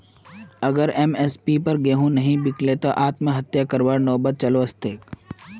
अगर एम.एस.पीर पर गेंहू नइ बीक लित तब आत्महत्या करवार नौबत चल वस तेक